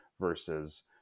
versus